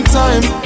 time